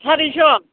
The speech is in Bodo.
सारिस'